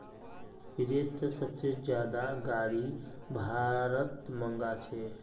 विदेश से सबसे ज्यादा गाडी भारत मंगा छे